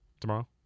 tomorrow